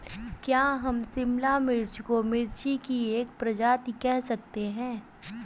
क्या हम शिमला मिर्च को मिर्ची की एक प्रजाति कह सकते हैं?